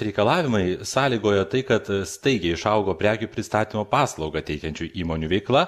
reikalavimai sąlygojo tai kad staigiai išaugo prekių pristatymo paslaugą teikiančių įmonių veikla